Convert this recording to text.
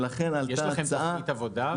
יש לכם תוכנית עבודה?